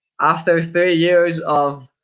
after thirty years of